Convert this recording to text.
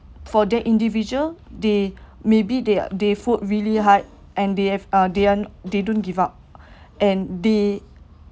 for that individual they maybe they are they fought really hard and they have uh didn't they don't give up and they